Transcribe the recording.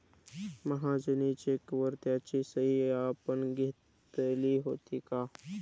महाजनी चेकवर त्याची सही आपण घेतली होती का?